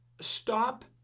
stop